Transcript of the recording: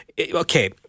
okay